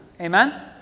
Amen